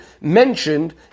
mentioned